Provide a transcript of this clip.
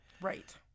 Right